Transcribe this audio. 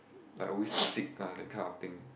like always sick lah that kind of thing